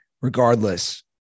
regardless